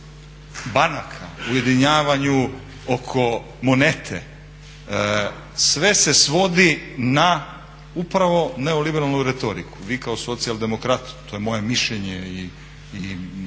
banaka, ujedinjavanju oko monete. Sve se svodi na upravo neoliberalnu retoriku. Vi kao socijaldemokrat, to je moje mišljenje i